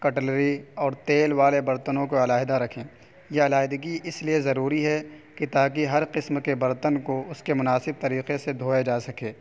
cutlery اور تیل والے برتنوں کو علاحدہ رکھیں یہ علاحدگی اس لیے ضروری ہے کہ تاکہ ہر قسم کے برتن کو اس کے مناسب طریقے سے دھویا جا سکے